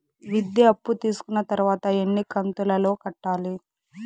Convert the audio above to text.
విద్య అప్పు తీసుకున్న తర్వాత ఎన్ని కంతుల లో కట్టాలి?